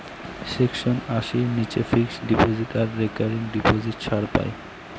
section আশির নীচে fixed deposit আর রেকারিং ডিপোজিট ছাড় পাই